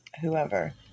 whoever